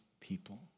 people